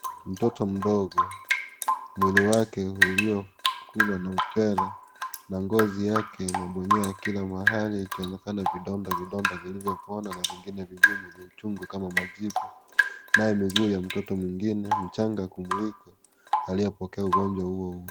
Mtoto mdogo, mwili wake uliokuliwa na upele, na ngozi yake imabonyea kila mahani, akionakane vidonda vidonda vilivyopona na vingine vingumu thuchungu kama majibu. Na miguu ya mtoto mwingine, mchanga kumuliko, aliyepokea ugonjwa huo huo.